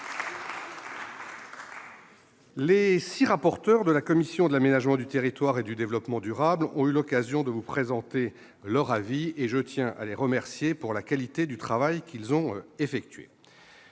Les six rapporteurs de la commission de l'aménagement du territoire et du développement durable ont eu l'occasion de vous présenter leur avis. Je tiens à les remercier pour la qualité du travail qu'ils ont effectué.